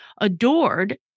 adored